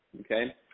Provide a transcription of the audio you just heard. okay